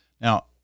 Now